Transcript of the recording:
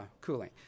cooling